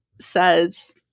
says